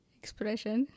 expression